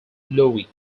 louie